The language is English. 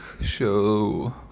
Show